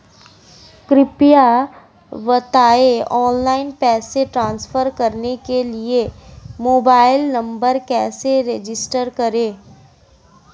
कृपया बताएं ऑनलाइन पैसे ट्रांसफर करने के लिए मोबाइल नंबर कैसे रजिस्टर करें?